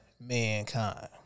mankind